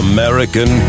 American